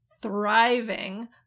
thriving